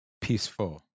peaceful